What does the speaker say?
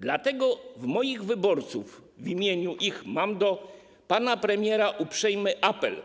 Dlatego w imieniu moich wyborców mam do pana premiera uprzejmy apel,